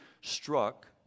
struck